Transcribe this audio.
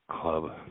club